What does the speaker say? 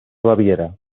baviera